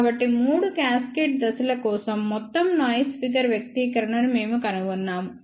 కాబట్టి మూడు క్యాస్కేడ్ దశల కోసం మొత్తం నాయిస్ ఫిగర్ వ్యక్తీకరణను మేము కనుగొన్నాము